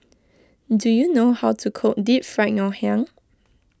do you know how to cook Deep Fried Ngoh Hiang